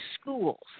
schools